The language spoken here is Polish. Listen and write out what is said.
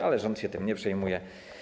Ale rząd się tym nie przejmuje.